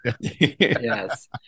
Yes